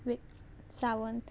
वे Sawant